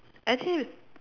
actually is